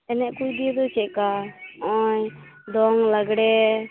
ᱮᱱᱮᱡ ᱠᱩ ᱤᱫᱤᱭᱮᱫᱚ ᱪᱮᱫᱞᱮᱠᱟ ᱦᱚᱜᱼᱚᱭ ᱫᱚᱝ ᱞᱟᱜᱽᱲᱮ